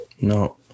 no